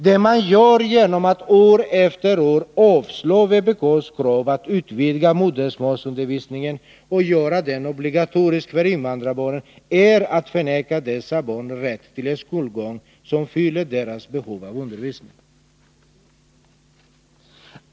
Det man gör genom att år efter år avslå vpk:s krav att utvidga modersmålsundervisningen och göra den obligatorisk för invandrarbarnen, är att förneka dessa barns rätt till en skolgång som fyller deras behov av undervisning.